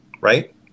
right